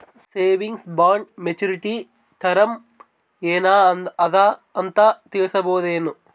Savings bond maturity term ಏನ ಅದ ಅಂತ ತಿಳಸಬಹುದೇನು?